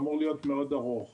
14 ביוני 2022. על סדר היום: